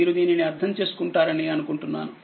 మీరు దీనిని అర్ధం చేసుకుంటారని అనుకుంటున్నాను